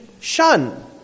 shun